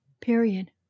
Period